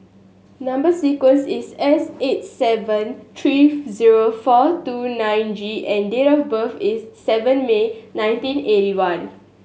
number sequence is S eight seven three zero four two nine G and date of birth is seven May nineteen eighty one